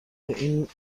این